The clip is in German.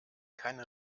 keine